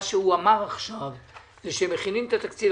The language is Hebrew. מה שהוא אמר עכשיו זה שהם מכינים את התקציב.